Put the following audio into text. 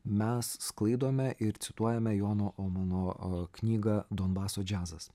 mes sklaidome ir cituojame jono omano knygą donbaso džiazas